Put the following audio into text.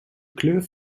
kleur